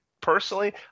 personally